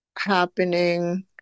happening